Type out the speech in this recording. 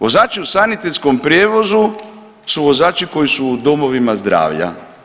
Vozači u sanitetskom prijevozu su vozači koji su u domovima zdravlja.